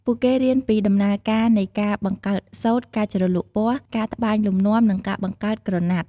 ពួកគេរៀនពីដំណើរការនៃ ការបង្កើតសូត្រ ការជ្រលក់ពណ៌ ការត្បាញលំនាំ និងការបង្កើតក្រណាត់។